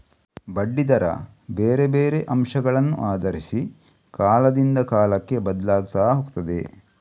ಬಡ್ಡಿ ದರ ಬೇರೆ ಬೇರೆ ಅಂಶಗಳನ್ನ ಆಧರಿಸಿ ಕಾಲದಿಂದ ಕಾಲಕ್ಕೆ ಬದ್ಲಾಗ್ತಾ ಹೋಗ್ತದೆ